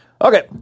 Okay